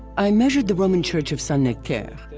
i measured the roman church of saint nectaire,